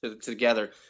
together